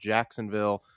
Jacksonville